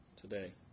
today